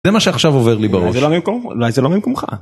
זה מה שעכשיו עובר לי בראש. זה לא, אולי זה לא ממקומך.